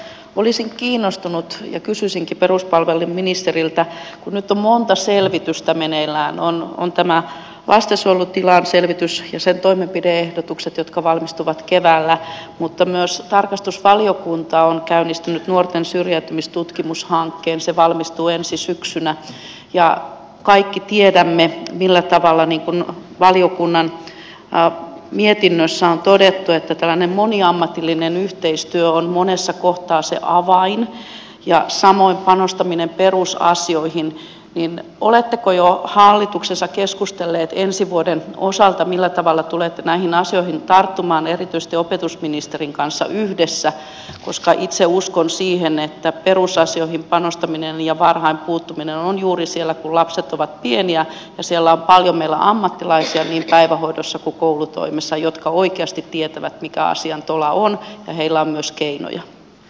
olisin kiinnostunut ja kysyisinkin peruspalveluministeriltä kun nyt on monta selvitystä meneillään on tämä lastensuojelun tilan selvitys ja sen toimenpide ehdotukset jotka valmistuvat keväällä mutta myös tarkastusvaliokunta on käynnistänyt nuorten syrjäytymistutkimushankkeen se valmistuu ensi syksynä ja kaikki tiedämme niin kuin valiokunnan mietinnössä on todettu että tällainen moniammatillinen yhteistyö on monessa kohtaa se avain ja samoin panostaminen perusasioihin oletteko jo hallituksessa keskustelleet ensi vuoden osalta millä tavalla tulette näihin asioihin tarttumaan erityisesti opetusministerin kanssa yhdessä koska itse uskon siihen että perusasioihin panostaminen ja varhain puuttuminen on juuri siellä kun lapset ovat pieniä ja siellä on paljon meillä ammattilaisia niin päivähoidossa kuin koulutoimessa jotka oikeasti tietävät mikä asian tola on ja heillä on myös keinoja